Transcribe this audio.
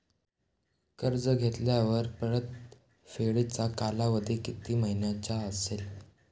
कर्ज घेतल्यावर परतफेडीचा कालावधी किती महिन्यांचा असेल?